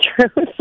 true